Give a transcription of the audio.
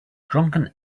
drunken